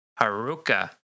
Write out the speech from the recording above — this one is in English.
Haruka